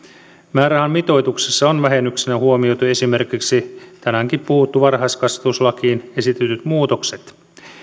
määrärahan mitoituksessa on vähennyksenä huomioitu esimerkiksi tänäänkin puhutut varhaiskasvatuslakiin esitetyt muutokset